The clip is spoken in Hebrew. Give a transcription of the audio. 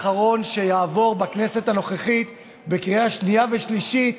האחרון שיעבור בכנסת הנוכחית בקריאה שנייה ושלישית,